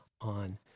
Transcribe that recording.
on